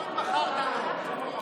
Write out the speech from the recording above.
מה מכרת לו?